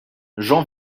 j’en